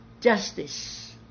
Justice